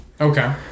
Okay